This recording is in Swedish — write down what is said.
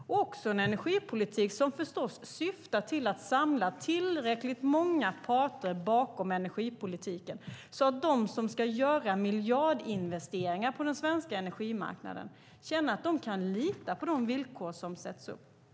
Det är även en energipolitik som förstås syftar till att samla tillräckligt många parter bakom sig, så att de som ska göra miljardinvesteringar på den svenska energimarknaden känner att de kan lita på de villkor som sätts upp.